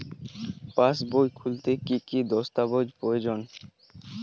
পাসবই খুলতে কি কি দস্তাবেজ প্রয়োজন?